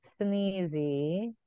sneezy